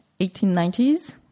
1890s